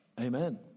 Amen